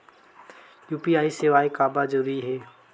UPI सेवाएं काबर जरूरी हे?